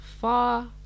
far